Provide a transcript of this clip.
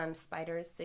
spiders